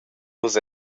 nus